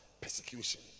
persecution